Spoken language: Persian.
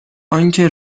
آنکه